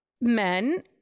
men